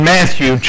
Matthew